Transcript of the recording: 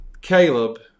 Caleb